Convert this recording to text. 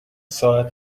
ساعت